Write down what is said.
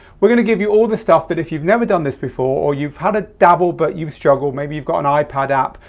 we're going to give you all the stuff that if you've never done this before or you've had a dabble but you struggle, maybe you've got an ipad app,